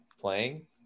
playing